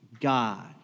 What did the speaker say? God